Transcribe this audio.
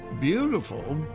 beautiful